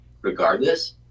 regardless